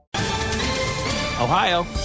Ohio